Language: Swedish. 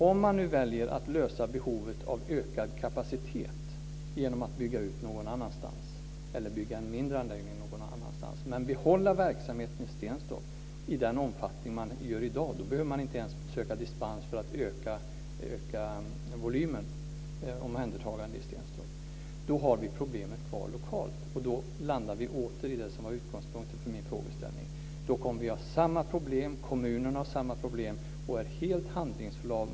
Om man väljer att lösa behovet av ökad kapacitet genom att bygga ut någon annanstans eller bygga en mindre anläggning någon annanstans och behålla verksamheten i Stenstorp i den omfattning man har i dag, behöver man inte ens söka dispens för att öka volymen omhändertagande i Stenstorp. Då har vi problemet kvar lokalt. Då landar vi åter i det som var utgångspunkten för min frågeställningen. Kommunen kommer att ha samma problem och vara helt handlingsförlamad.